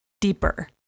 deeper